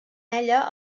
ella